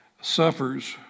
suffers